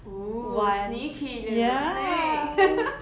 !woo! sneaky little snake